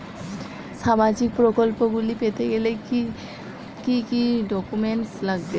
সামাজিক প্রকল্পগুলি পেতে গেলে কি কি ডকুমেন্টস লাগবে?